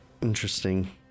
Interesting